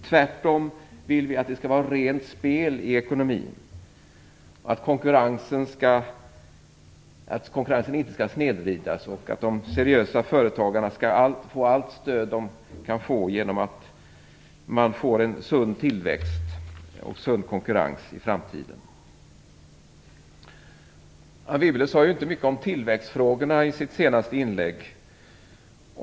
Tvärtom vill vi att det skall vara rent spel i ekonomin, att konkurrensen inte skall snedvridas och att seriösa företagare skall få allt stöd som de kan få genom att det i framtiden blir en sund tillväxt och en sund konkurrens. Anne Wibble sade inte mycket om tillväxtfrågorna i sitt senaste inlägg.